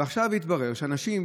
ועכשיו התברר שאנשים,